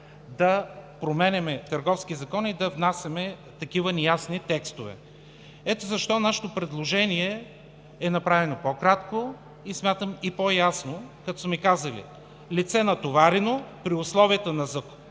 да променяме Търговския закон и да внасяме такива неясни текстове. Ето защо нашето предложение е направено по-кратко и смятам, по-ясно, като сме казали: „лице, натоварено при условията на законово